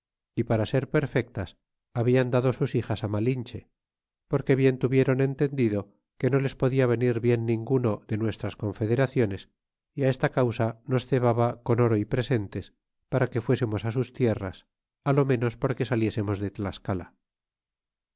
y para ser perfectas habían dado sus hijas malinche porque bien tuvieron entendido que no les podia venir bien ninguno de nuestras confederaciones y esta causa nos cebaba con oro y presentes para que fuésemos sus tierras lo ménos porque saliésemos de tlascala